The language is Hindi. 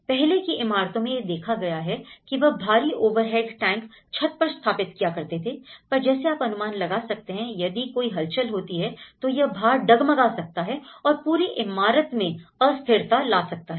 पहले की इमारतों में यह देखा गया है कि वह भारी ओवरहेड टैंक छत पर स्थापित किया करते थे पर जैसे आप अनुमान लगा सकते हैं यदि कोई हलचल होती है तो यह भार डगमगा सकता है और पूरी इमारत में अस्थिरता ला सकता है